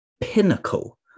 pinnacle